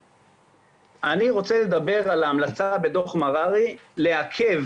אני רוצה לדבר על ההמלצה בדו"ח מררי לעכב